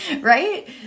right